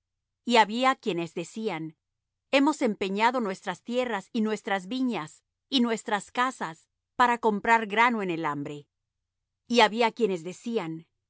y había quienes decían hemos empeñado nuestras tierras y nuestras viñas y nuestras casas para comprar grano en el hambre y había quienes decían